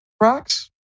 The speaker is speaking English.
rocks